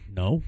no